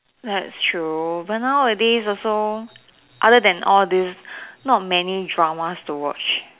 that's true but nowadays also other than all this not many Dramas to watch